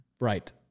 right